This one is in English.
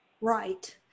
Right